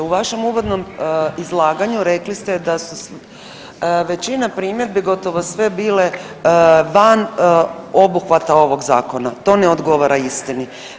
U vašem uvodnom izlaganju rekli ste da su većina primjedbi gotovo sve bile van obuhvata ovog zakona, to ne odgovara istini.